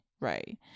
right